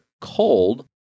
cold